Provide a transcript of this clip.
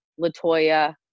Latoya